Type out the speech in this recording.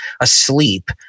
asleep